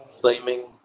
flaming